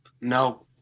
No